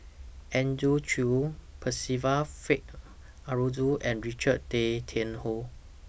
Andrew Chew Percival Frank Aroozoo and Richard Tay Tian Hoe